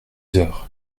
heures